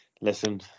listen